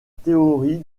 théorie